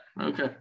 Okay